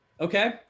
Okay